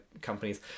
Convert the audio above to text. companies